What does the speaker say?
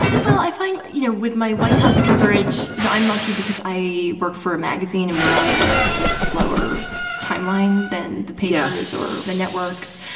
well, i think, you know, with my white house coverage, you know, i'm lucky because i work for a magazine and we're on a slower timeline than the papers or the networks.